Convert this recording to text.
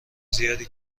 زیادی